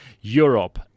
Europe